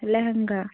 lehenga